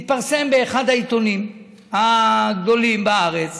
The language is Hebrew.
התפרסם באחד העיתונים הגדולים בארץ